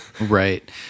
right